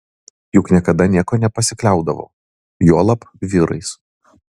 juk niekada niekuo nepasikliaudavo juolab vyrais